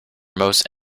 most